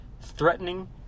threatening